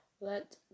let